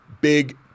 big